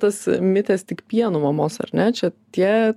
tas mitęs tik pienu mamos ar ne čia tie